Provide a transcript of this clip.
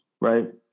right